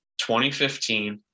2015